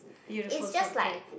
beautiful subject